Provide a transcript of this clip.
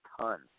ton